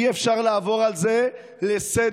אי-אפשר לעבור על זה לסדר-היום.